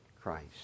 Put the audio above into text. Christ